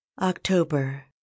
October